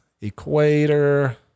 equator